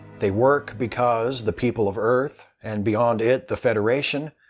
they work because the people of earth, and beyond it the federation,